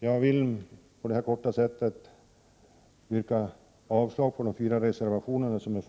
Jag vill på detta kortfattade sätt yrka avslag på de fyra reservationer som är fogade till utskottsbetänkandet och bifall till utskottets hemställan till alla delar.